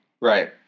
Right